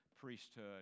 priesthood